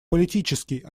политический